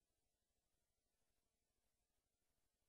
באותו יום, של